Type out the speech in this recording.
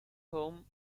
home